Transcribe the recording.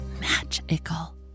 magical